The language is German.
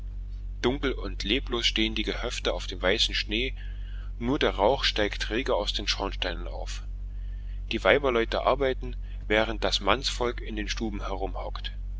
dunkel und leblos stehen die gehöfte auf dem weißen schnee nur der rauch steigt träge aus den schornsteinen auf die weiberleute arbeiten während das mannsvolk in den stuben